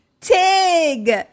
Tig